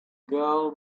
girl